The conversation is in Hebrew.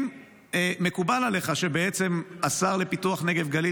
אני מניח שכן, כי אתה לא מטריל כמוהם.